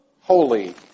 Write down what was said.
holy